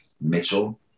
mitchell